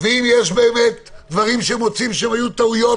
ואם יש דברים שהם מוצאים שהיו טעויות,